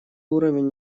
уровень